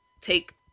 take